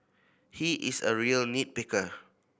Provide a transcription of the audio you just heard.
he is a real nit picker